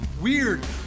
weird